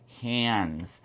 hands